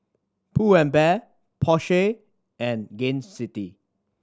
Pull and Bear Porsche and Gain City